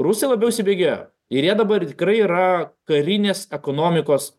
rusai labiau įsibėgėjo ir jie dabar tikrai yra karinės ekonomikos